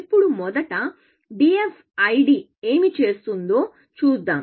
ఇప్పుడు మొదట DFID ఏమి చేస్తుందో చూద్దాం